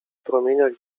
promieniach